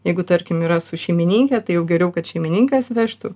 jeigu tarkim yra su šeimininke tai jau geriau kad šeimininkas vežtų